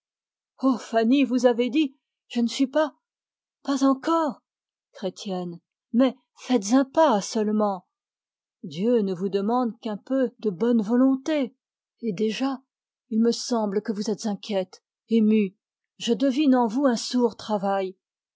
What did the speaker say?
fanny vous avez dit je ne suis pas pas encore chrétienne mais faites un pas seulement dieu ne vous demande qu'un peu de bonne volonté et déjà il me semble que vous êtes émue je devine en vous un sourd travail